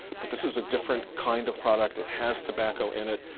but this is a different kind of product. it has tobacco in it.